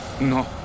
No